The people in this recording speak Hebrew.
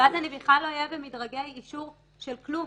ואז אני לא אהיה במדרגי אישור של כלום,